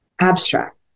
abstract